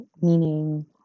meaning